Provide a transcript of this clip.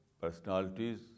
personalities